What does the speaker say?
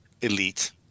elite